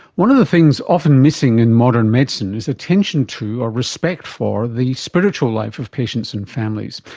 one of the things often missing in modern medicine is attention to or respect for the spiritual life of patients and families,